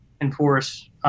enforce